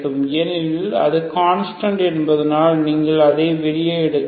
ஏனெனில் அது கான்ஸ்டன்ட் என்பதால் நீங்கள் அதை வெளியே எடுக்கலாம்